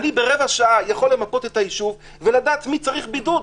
אני ברבע שעה יכול למפות את היישוב ולדעת מי צריך בידוד.